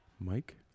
Mike